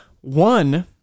one